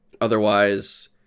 Otherwise